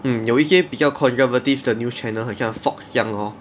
mm 有一些比较 conservative 的 news channel 很像 Fox 这样 lor